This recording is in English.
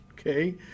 okay